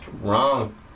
wrong